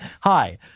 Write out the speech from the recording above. hi